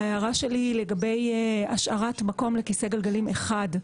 ההערה שלי היא לגבי השארת מקום לכיסא גלגלים אחד.